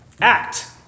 act